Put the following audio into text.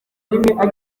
rimwe